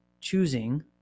choosing